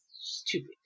stupid